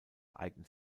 eignet